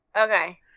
Okay